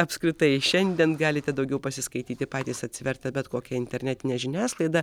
apskritai šiandien galite daugiau pasiskaityti patys atsivertę bet kokią internetinę žiniasklaidą